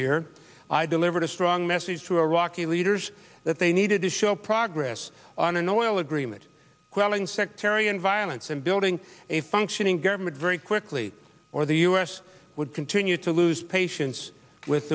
year i delivered a strong message to a rocky leaders that they needed to show progress on an oil agreement quelling sectarian violence and building a functioning government very quickly or the us would continue to lose patience with